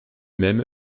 même